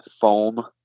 foam